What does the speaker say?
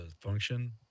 function